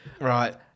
Right